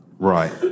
Right